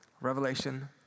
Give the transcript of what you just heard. Revelation